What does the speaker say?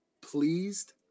pleased